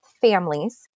families